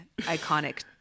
iconic